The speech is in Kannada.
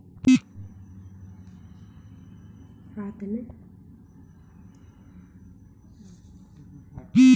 ಒಂದೇ ಕೃಷಿ ಭೂಮಿಯಾಗ ಒಂದಕ್ಕಿಂತ ಹೆಚ್ಚು ಬೆಳೆಗಳನ್ನ ಬೆಳೆಯುವುದಕ್ಕ ಏನಂತ ಕರಿತಾರಿ?